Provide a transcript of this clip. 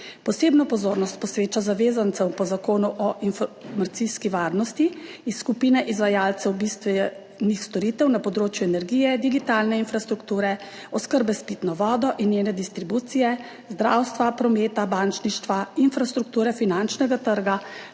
Posebno pozornost posveča zavezancem po Zakonu o informacijski varnosti iz skupine izvajalcev bistvenih storitev na področju energije, digitalne infrastrukture, oskrbe s pitno vodo in njene distribucije, zdravstva, prometa, bančništva, infrastrukture finančnega trga,